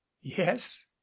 yes